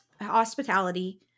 hospitality